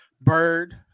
Bird